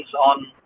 on